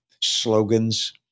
slogans